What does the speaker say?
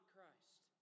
Christ